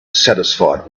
satisfied